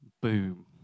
Boom